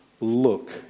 look